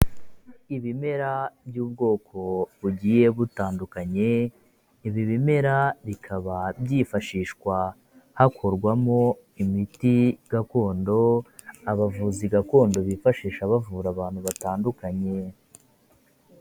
Ibimera by'ubwoko bugiye butandukanye, ibi bimera bikaba byifashishwa hakorwamo imiti gakondo abavuzi gakondo bifashisha bavura abantu batandukanye.